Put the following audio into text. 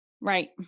Right